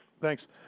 Thanks